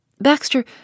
Baxter